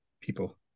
people